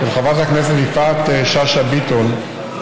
של חברת הכנסת יפעת שאשא ביטון,